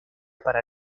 para